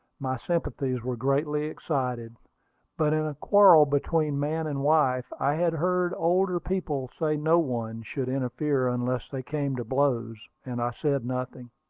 my sympathies were greatly excited but in a quarrel between man and wife, i had heard older people say no one should interfere unless they came to blows, and i said nothing.